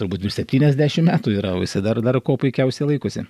turbūt virš septyniasdešimt metų yra o jisai dar dar kuo puikiausiai laikosi